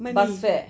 money